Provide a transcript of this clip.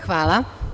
Hvala.